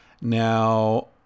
Now